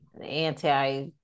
anti